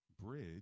bridge